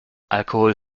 alkohol